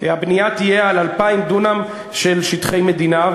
הבנייה תהיה על 2,000 דונם של שטחי מדינה.